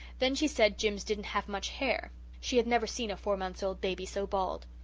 then she said jims didn't have much hair she had never seen a four months' old baby so bald.